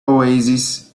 oasis